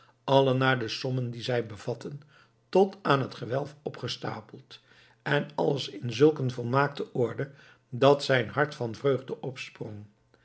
alle naar de sommen die zij bevatten tot aan het gewelf opgestapeld en alles in zulk een volmaakte orde dat zijn hart van vreugde opsprong